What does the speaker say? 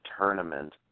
tournament